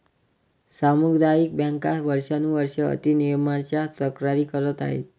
सामुदायिक बँका वर्षानुवर्षे अति नियमनाच्या तक्रारी करत आहेत